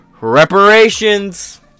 reparations